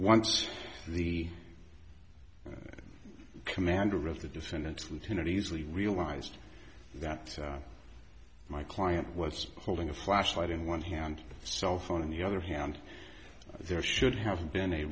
once the commander of the defendant's lieutenant easily realized that my client was holding a flashlight in one hand cell phone in the other hand there should have been a